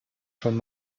schon